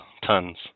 Tons